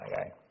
okay